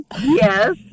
yes